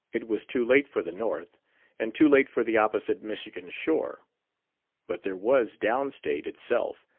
it was too late for the north and too late for the opposite michigan shore but there was down state itself,